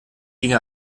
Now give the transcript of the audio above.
ginge